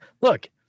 look